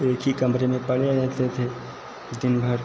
एक ही कमरे में पड़े रहते थे दिन भर